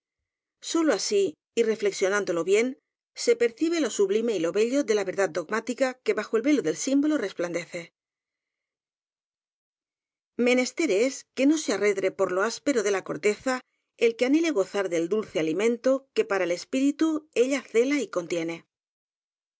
sólo así y reflexionándolo bien se percibe lo sublime y lo bello de la verdad dogmática que bajo el velo del símbolo resplandece menester es que no se arredre por lo áspero de la corteza el que anhele gozar del dulce alimento que para el espíritu ella cela y contiene